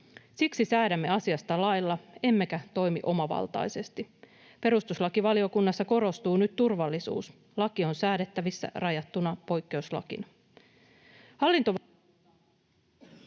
Siksi säädämme asiasta lailla emmekä toimi omavaltaisesti. Perustuslakivaliokunnassa korostuu nyt turvallisuus. Laki on säädettävissä rajattuna poikkeuslakina.